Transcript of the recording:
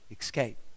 escape